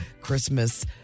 Christmas